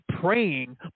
praying